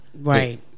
right